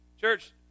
Church